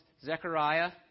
Zechariah